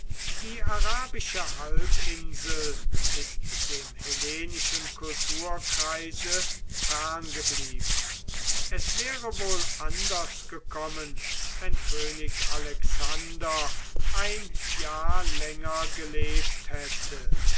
die arabische halbinsel ist dem hellenischen kulturkreise ferngeblieben es wäre wohl anders gekommen wenn könig alexander ein jahr länger gelebt hätte